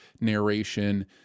narration